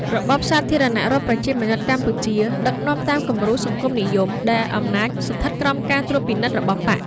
របបសាធារណរដ្ឋប្រជាមានិតកម្ពុជា ដឹកនាំតាមគំរូសង្គមនិយមដែលអំណាចស្ថិតក្រោមការត្រួតពិនិត្យរបស់បក្ស។